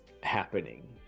happening